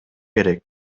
керек